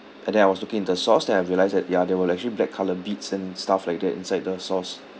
and then I was looking into the sauce then I realised that ya there were actually black colour bits and stuff like that inside the sauce